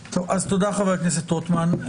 תודה, חבר הכנסת רוטמן.